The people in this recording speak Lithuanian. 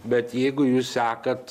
bet jeigu jūs sekat